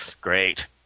Great